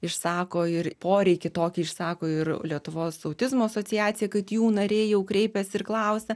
išsako ir poreikį tokį išsako ir lietuvos autizmo asociacija kad jų nariai jau kreipiasi ir klausia